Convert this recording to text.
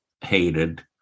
hated